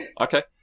okay